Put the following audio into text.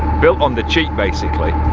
built on the cheap basically.